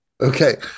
okay